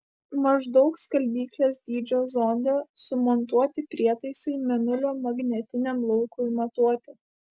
maždaug skalbyklės dydžio zonde sumontuoti prietaisai mėnulio magnetiniam laukui matuoti